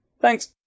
Thanks